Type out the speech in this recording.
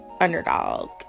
underdog